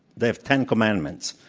they have ten commandments.